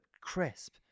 crisp